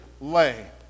lay